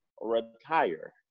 retire